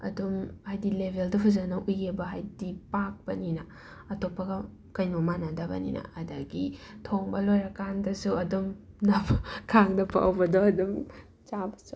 ꯑꯗꯨꯝ ꯍꯥꯏꯗꯤ ꯂꯦꯚꯦꯜꯗꯣ ꯐꯖꯅ ꯎꯏꯌꯦꯕ ꯍꯥꯏꯗꯤ ꯄꯥꯛꯄꯅꯤꯅ ꯑꯇꯣꯞꯄꯒ ꯀꯩꯅꯣ ꯃꯥꯟꯅꯗꯕꯅꯤꯅ ꯑꯗꯒꯤ ꯊꯣꯡꯕ ꯂꯣꯏꯔꯀꯥꯟꯗꯁꯨ ꯑꯗꯨꯝ ꯈꯥꯡꯗ ꯄꯛ ꯍꯧꯕꯗꯣ ꯑꯗꯨꯝ ꯆꯥꯕꯁꯨ